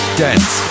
dance